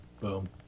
Boom